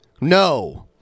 No